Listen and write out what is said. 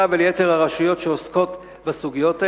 וליתר הרשויות שעוסקות בסוגיות האלה,